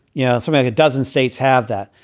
yeah so maybe a dozen states have that.